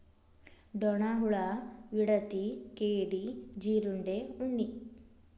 ಡೋಣ ಹುಳಾ, ವಿಡತಿ, ಕೇಡಿ, ಜೇರುಂಡೆ, ಉಣ್ಣಿ